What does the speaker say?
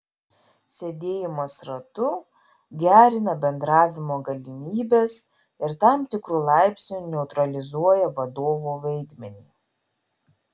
sėdėjimas ratu gerina bendravimo galimybes ir tam tikru laipsniu neutralizuoja vadovo vaidmenį